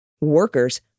workers